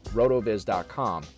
rotoviz.com